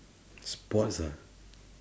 sports ah